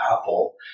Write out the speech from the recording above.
Apple